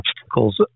obstacles